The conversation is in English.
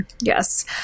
Yes